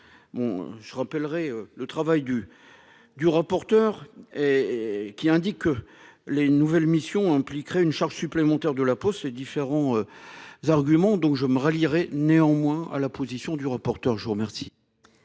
je rappellerai le travail du du rapporteur et et qui indique que les nouvelles missions impliquerait une charge supplémentaire de la Poste c'est différents. Arguments donc je me relirai néanmoins à la position du rapporteur je vous remercie.